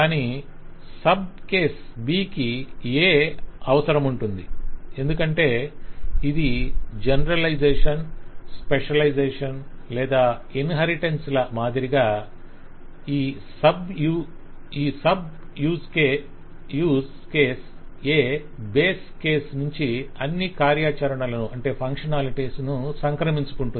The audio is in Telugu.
కానీ సబ్ కేస్ B కి A అవసరం ఉంటుంది ఎందుకంటే ఇది జనరలైజేషన్ స్పెషలైజేషన్ generalization specialization లేదా ఇన్హెరిటన్స్ ల మాదిరిగా ఈ sub use case A base case నుంచి అన్ని కార్యచరణలను సంక్రమించుకొంటుంది